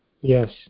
yes